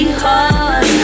hard